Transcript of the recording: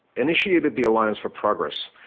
initiated the alliance for progress.